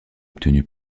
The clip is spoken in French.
obtenu